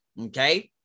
Okay